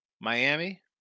Miami